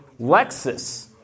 Lexus